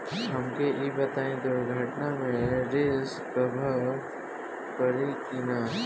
हमके ई बताईं दुर्घटना में रिस्क कभर करी कि ना?